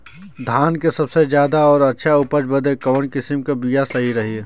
धान क सबसे ज्यादा और अच्छा उपज बदे कवन किसीम क बिया सही रही?